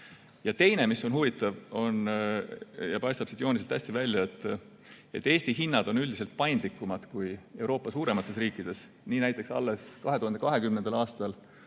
asjaolu, mis on huvitav ja paistab siit jooniselt hästi välja: Eesti hinnad on üldiselt paindlikumad kui euroala suuremates riikides. Näiteks alles 2020. aastal